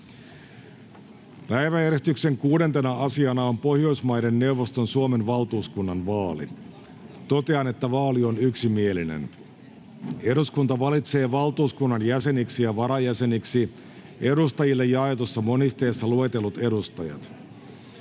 Päiväjärjestyksen 6. asiana on Pohjoismaiden neuvoston Suomen valtuuskunnan vaali. Totean, että vaali on yksimielinen. Eduskunta valitsee valtuuskunnan jäseniksi ja varajäseniksi edustajille jaetussa monisteessa luetellut edustajat.